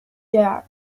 year